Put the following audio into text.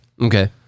Okay